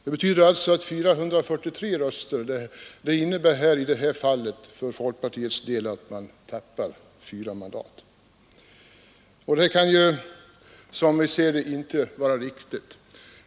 Att man fått 443 röster för litet innebär i det här fallet för folkpartiets del att man tappar fyra mandat, och det kan, som vi ser det, inte vara riktigt.